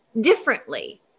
differently